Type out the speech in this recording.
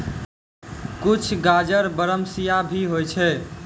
कुछ गाजर बरमसिया भी होय छै